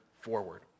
forward